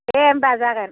दे होमबा जागोन